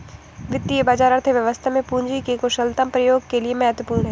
वित्तीय बाजार अर्थव्यवस्था में पूंजी के कुशलतम प्रयोग के लिए महत्वपूर्ण है